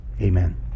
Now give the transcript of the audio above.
amen